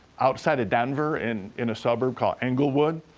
outside of denver in in a suburb called englewood.